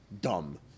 dumb